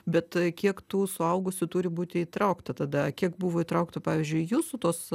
bet kiek tų suaugusių turi būti įtraukta tada kiek buvo įtraukta pavyzdžiui į jūsų tuos